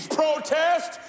protest